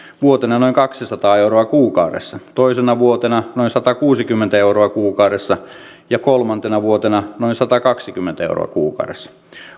vuotena noin kaksisataa euroa kuukaudessa toisena vuotena noin satakuusikymmentä euroa kuukaudessa ja kolmantena vuotena noin satakaksikymmentä euroa kuukaudessa